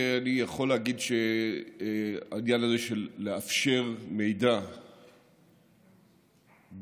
אני יכול להגיד שהעניין הזה של לאפשר לגופי מחקר,